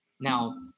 Now